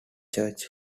church